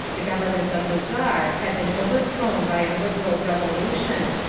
the government of the czar had been overthrown by a liberal revolution,